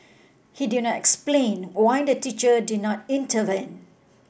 he did not explain why the teacher did not intervene